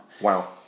Wow